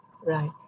Right